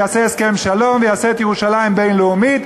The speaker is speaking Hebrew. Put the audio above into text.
ויעשה הסכם שלום ויעשה את ירושלים בין-לאומית